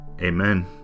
Amen